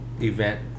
event